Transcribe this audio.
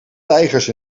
tijgers